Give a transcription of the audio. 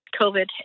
COVID